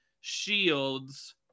Shields